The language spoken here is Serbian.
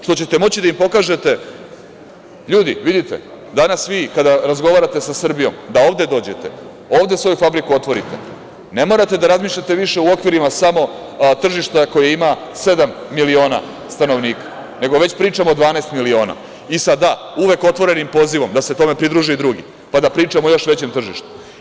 Što ćete moći da im pokažete - ljudi, vidite, danas kada razgovarate sa Srbijom da ovde dođete, ovde svoju fabriku otvorite, ne morate da razmišljate više u okvirima samo tržišta koje ima sedam miliona stanovnika, nego već pričamo o 12 miliona, sa uvek otvorenim pozivom da se tome pridruže i drugi, pa da pričamo o još većem tržištu.